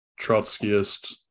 Trotskyist